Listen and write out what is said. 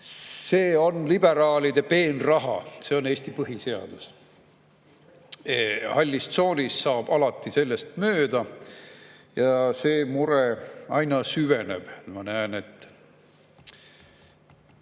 See on liberaalide peenraha. See on Eesti põhiseadus. Hallis tsoonis saab alati sellest mööda ja see mure aina süveneb. Ma näen, et